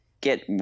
get